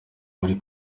muri